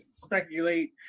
speculate